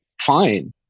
fine